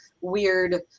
weird